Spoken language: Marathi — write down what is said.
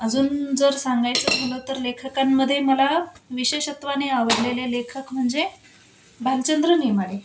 अजून जर सांगायचं झालं तर लेखकांमध्येे मला विशेषत्वाने आवडलेले लेखक म्हणजे भालचंद्र नेमाडे